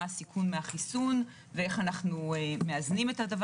הסיכון מהחיסון ואין אנו מאזנים את זה.